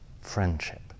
friendship